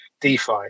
DeFi